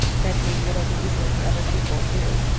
that maybe it'll be easier for other people, too